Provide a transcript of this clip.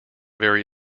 very